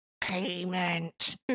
payment